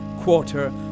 quarter